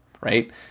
right